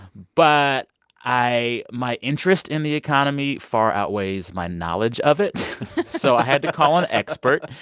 but i my interest in the economy far outweighs my knowledge of it so i had to call an expert.